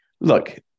look